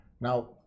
now